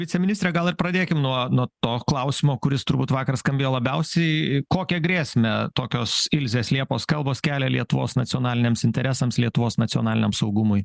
viceministre ir gal pradėkim nuo nuo to klausimo kuris turbūt vakar skambėjo labiausiai kokią grėsmę tokios ilzės liepos kalbos kelia lietuvos nacionaliniams interesams lietuvos nacionaliniam saugumui